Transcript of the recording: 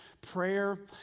Prayer